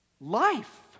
life